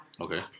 Okay